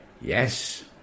Yes